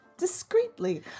discreetly